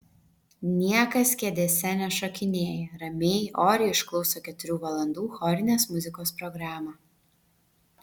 niekas kėdėse nešokinėja ramiai oriai išklauso keturių valandų chorinės muzikos programą